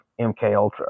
MKUltra